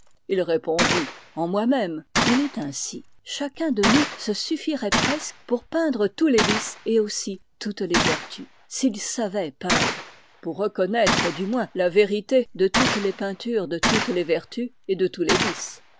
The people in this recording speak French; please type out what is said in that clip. il répondit en moi-même il est ainsi chacun de nous se suffirait presque pour peindre tous les vices et aussi toutes les vertus s'il savait peindre pour reconnaître du moins la vérité de toutes les peintures de toutes les vertus et de tous les vices